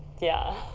yeah.